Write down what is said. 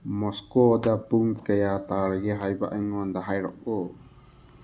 ꯃꯣꯁꯀꯣꯗ ꯄꯨꯡ ꯀꯌꯥ ꯇꯥꯔꯒꯦ ꯍꯥꯏꯕ ꯑꯩꯉꯣꯟꯗ ꯍꯥꯏꯔꯛꯎ